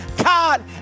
God